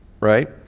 right